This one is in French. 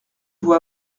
vous